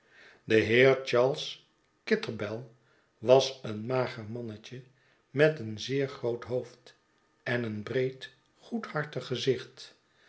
de heer charles kitterbell was een mager mannetje met een zeer groot hoofd en een breed goedhartig gezicht